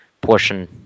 portion